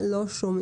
ולא על אורך